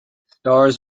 stars